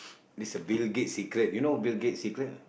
is a Bill-Gate's secret you know Bill-Gate's secret